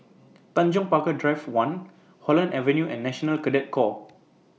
Tanjong Pagar Drive one Holland Avenue and National Cadet Corps